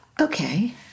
Okay